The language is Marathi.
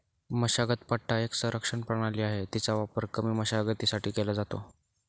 मशागत पट्टा एक संरक्षण प्रणाली आहे, तिचा वापर कमी मशागतीसाठी केला जातो